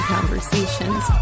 Conversations